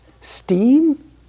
Steam